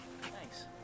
Thanks